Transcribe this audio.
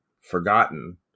forgotten